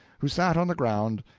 who sat on the ground,